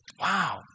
Wow